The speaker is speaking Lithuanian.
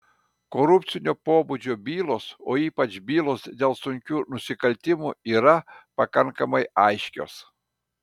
korupcinio pobūdžio bylos o ypač bylos dėl sunkių nusikaltimų yra pakankamai aiškios